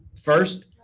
first